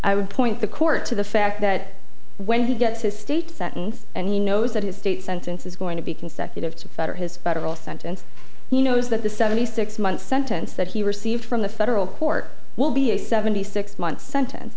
i would point the court to the fact that when he gets his state sentence and he knows that his state sentence is going to be consecutive to fetter his federal sentence he knows that the seventy six month sentence that he received from the federal court will be a seventy six month sentence